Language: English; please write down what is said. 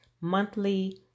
monthly